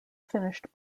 finished